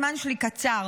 הזמן שלי קצר,